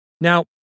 Now